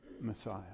Messiah